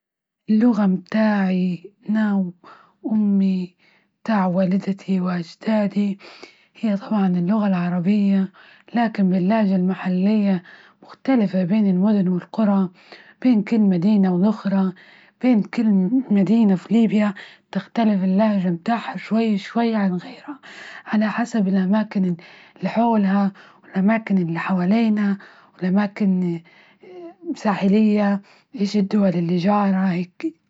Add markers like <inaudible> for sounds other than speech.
اللغة متاعي أنا وأمي تاع والدتي وأجدادي هي طبعا اللغة العربية لكن باللهجة المحلية مختلفة بين المدن والقرى، بين كل مدينة وأخرى، بين كل مدينة في <hesitation> ليبيا تختلف اللهجة بتاعها شوي شوي عن غيلاها، علي حسب الأماكن اللي حولها ،اللي حواليها، الأماكن الساحيلية، إيش الدول اللي جارها هكي.